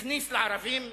הכניס לערבים בקטנה,